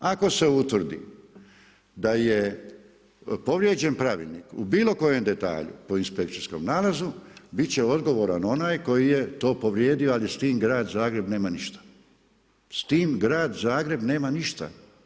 Ako se utvrdi da je povrijeđen pravilnik u bilo kojem detalju po inspekcijskom nalazu biti će odgovoran onaj koji je to povrijedio ali s time grad Zagreb nema ništa, s tim grad Zagreb nema ništa.